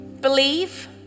Believe